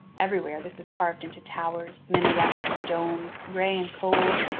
everywhere this is carved into towers, minarets, and domes, gray and cold,